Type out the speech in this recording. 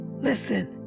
listen